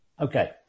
Okay